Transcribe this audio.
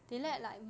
mmhmm